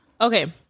Okay